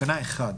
בתקנה 1,